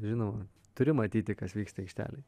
žinoma turi matyti kas vyksta aikštelėj